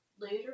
Later